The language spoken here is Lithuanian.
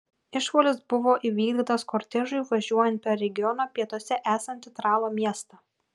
išpuolis buvo įvykdytas kortežui važiuojant per regiono pietuose esantį tralo miestą